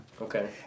Okay